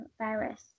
virus